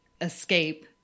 Escape